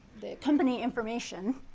the company information.